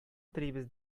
телибез